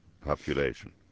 population